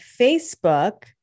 facebook